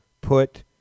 put